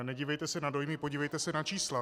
Nedívejte se na dojmy, podívejte se na čísla.